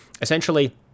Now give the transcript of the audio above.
essentially